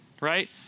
right